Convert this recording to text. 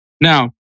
Now